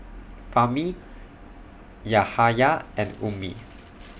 Fahmi Yahaya and Ummi